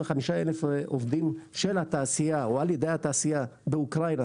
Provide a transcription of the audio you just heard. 35,000 של התעשייה או על ידי התעשייה באוקראינה